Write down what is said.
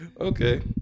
Okay